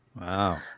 Wow